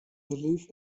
live